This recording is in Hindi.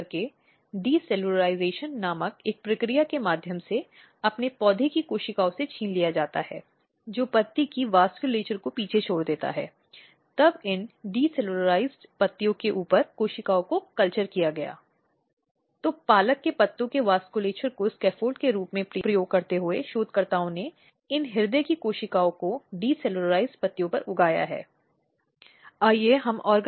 अब इस आदेश के माध्यम से अदालत दूसरे पक्ष को हिदायत दे सकती है कि वह हिंसा के कार्य को तुरंत बंद करे और वह इस तरह के संरक्षण के आदेशों पर चलेगा अपराधी को महिलाओं के रोजगार के स्थान पर जाने से रोकने और उत्पीड़न का कारण बनेगा